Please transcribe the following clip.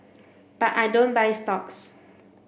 but I don't buy stocks